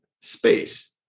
space